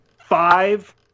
Five